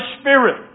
spirit